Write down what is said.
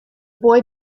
boy